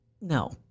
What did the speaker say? No